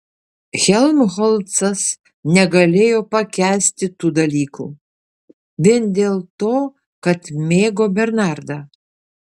helmholcas negalėjo pakęsti tų dalykų vien dėl to kad mėgo bernardą